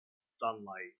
sunlight